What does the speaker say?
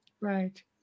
Right